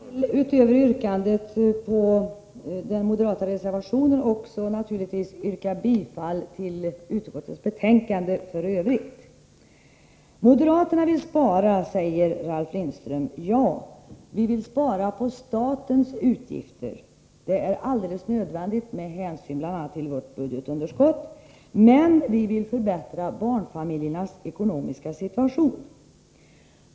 Herr talman! Utöver yrkandet om bifall till den moderata reservationen vill jag naturligtvis också yrka bifall till utskottets hemställan i övrigt. Moderaterna vill spara, säger Ralf Lindström. Ja, vi vill spara på statens utgifter. Det är alldeles nödvändigt med hänsyn bl.a. till vårt budgetunderskott. Men vi vill också förbättra barnfamiljernas ekonomiska situation.